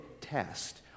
test